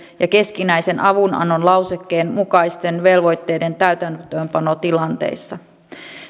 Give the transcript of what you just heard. ja keskinäisen avunannon lausekkeen mukaisten velvoitteiden täytäntöönpanotilanteissa